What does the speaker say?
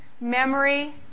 Memory